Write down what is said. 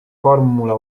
formula